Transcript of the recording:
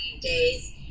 days